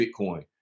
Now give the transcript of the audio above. Bitcoin